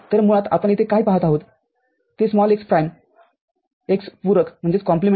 तर मुळात आपण येथे काय पहात आहात ते x प्राईम x पूरकआहे